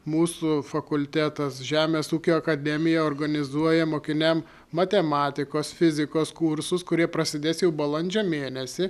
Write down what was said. mūsų fakultetas žemės ūkio akademija organizuoja mokiniam matematikos fizikos kursus kurie prasidės jau balandžio mėnesį